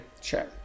Sure